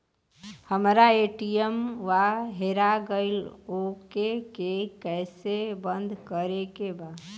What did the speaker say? हमरा ए.टी.एम वा हेरा गइल ओ के के कैसे बंद करे के बा?